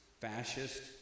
fascist